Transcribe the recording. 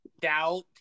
doubt